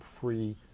free